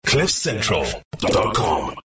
cliffcentral.com